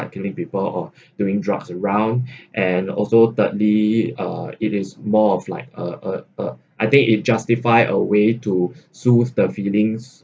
start killing people or doing drugs around and also thirdly uh it is more of like uh uh I think it justify a way to soothe the feelings